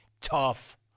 Tough